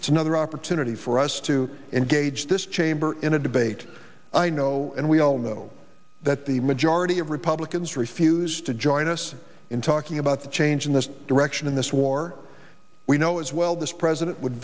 it's another opportunity for us to engage this chamber in a debate i know and we all know that the majority of republicans refuse to join us in talking about the change in this direction in this war we know as well this president would